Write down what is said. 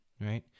right